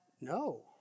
No